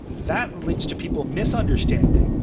that leads to people misunderstanding.